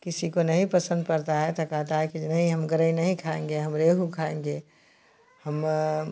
किसी को नहीं पसन्द पड़ता है तो कहता है जो नहीं हम गरई नहीं खाएँगे हम रेहू खाएँगे हम